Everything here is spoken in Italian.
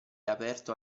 aperto